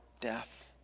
death